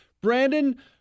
Brandon